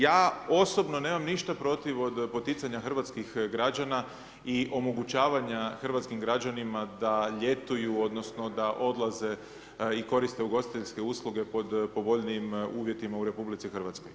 Ja osobno nemam ništa protiv od poticanja hrvatskih građana i omogućavanja hrvatskim građanima da ljetuju odnosno da odlaze i koriste ugostiteljske usluge pod povoljnijim uvjetima u RH.